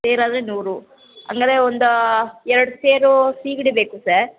ಸೇರಾದರೆ ನೂರು ಹಂಗರೇ ಒಂದು ಎರಡು ಸೇರು ಸೀಗಡಿ ಬೇಕು ಸಾರ್